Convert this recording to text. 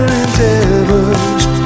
endeavors